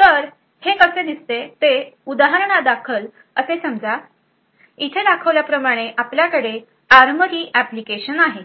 तर हे कसे दिसते ते उदाहरणादाखल असे समजा येथे दाखवल्याप्रमाणे आपल्याकडे आर्मॉरी ऍप्लिकेशन आहे